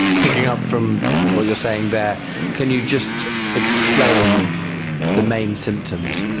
picking up from what you're saying there can you just explain the main symptoms?